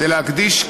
זה להקדיש,